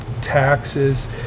taxes